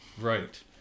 Right